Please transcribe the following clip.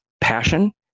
passion